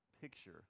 picture